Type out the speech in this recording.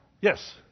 Yes